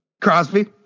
Crosby